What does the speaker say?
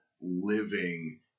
living